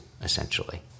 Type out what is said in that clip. essentially